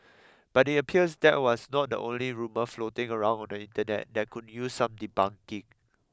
but it appears that was not the only rumour floating around on the Internet that could use some debunking